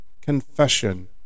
confession